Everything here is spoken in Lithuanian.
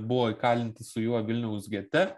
buvo įkalinti su juo vilniaus gete